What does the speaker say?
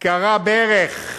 כרע ברך,